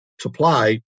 supply